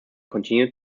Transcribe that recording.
continued